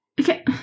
Okay